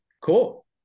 Cool